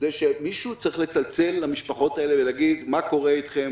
מישהו צריך לצלצל למשפחות האלה ולשאול: מה קורה אתכם?